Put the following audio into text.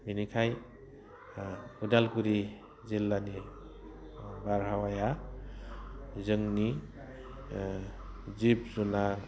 बिनिखायनो उदालगुरि जिल्लानि बारहावाया जोंनि जिब जुनार